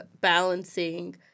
balancing